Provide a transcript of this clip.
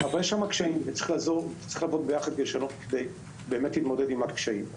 אבל יש שם קשיים וצריך לעבוד ביחד כדי באמת להתמודד עם הקשיים.